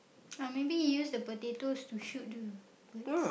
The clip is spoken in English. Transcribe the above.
oh maybe he use the potatoes to shoot the birds